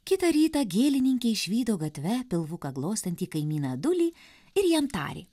kitą rytą gėlininkė išvydo gatve pilvuką glostantį kaimyną adulį ir jam tarė